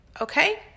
okay